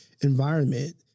environment